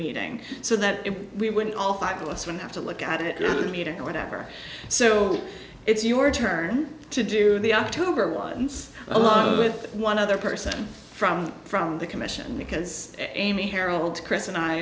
meeting so that we wouldn't all five of us when have to look at it meeting or whatever so it's your turn to do the october once a lot with one other person from the from the commission because amy harold chris and i